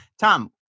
Tom